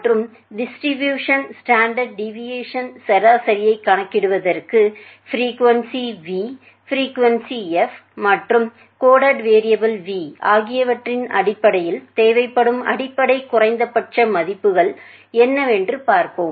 மற்றும் டிஸ்ட்ரிபியூஷனின் standard deviation சராசரியைக் கணக்கிடுவதற்கு பிரீகுவெண்சீ v பிரீகுவெண்சீ f மற்றும் கோடடு வேரியபுள் v ஆகியவற்றின் அடிப்படையில் தேவைப்படும் அடிப்படை குறைந்தபட்ச மதிப்புகள் என்னவென்று பார்ப்போம்